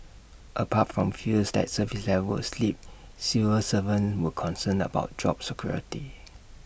apart from fears that service levels slip civil servants were concerned about job security